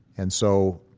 and so,